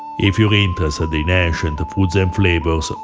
if you're interested in ancient foods and flavors,